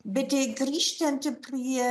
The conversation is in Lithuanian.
bet jei grįžtant prie